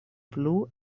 plu